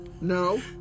No